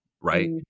right